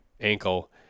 ankle